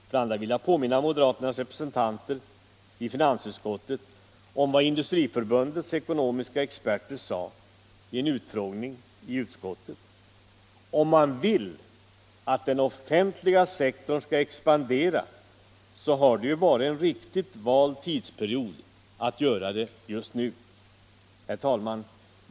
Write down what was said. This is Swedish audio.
För det andra vill jag påminna moderaternas representanter i finansutskottet om vad Industri förbundets ekonomiska experter sade vid en utfrågning i utskottet: Om man vill att den offentliga sektorn skall expandera så har det varit en riktigt vald tidsperiod att göra det just nu. Herr talman!